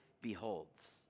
beholds